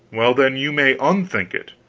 well, then, you may unthink it.